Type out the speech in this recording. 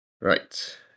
Right